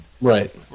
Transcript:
right